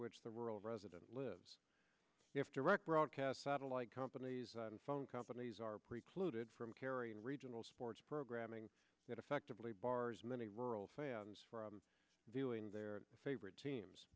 which the rural residents lives if direct broadcast satellite companies and phone companies are precluded from carrying regional sports programming that effectively bars many rural fans from doing their favorite teams